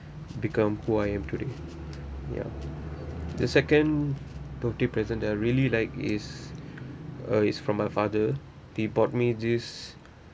become who I am today ya the second birthday present that I really like is uh is from my father he bought me this